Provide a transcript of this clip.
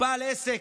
הוא בעל עסק,